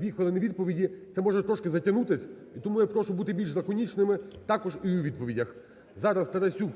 дві хвилини – відповіді, це може трошки затягнутись, і тому я прошу бути більш лаконічними також і у відповідях. Зараз Тарасюк